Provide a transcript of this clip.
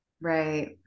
Right